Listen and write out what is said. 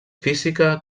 física